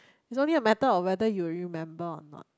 is only a matter of whether you remember or not